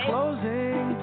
Closing